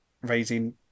raising